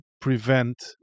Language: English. prevent